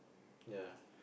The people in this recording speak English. ya